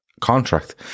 contract